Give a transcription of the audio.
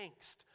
angst